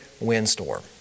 windstorm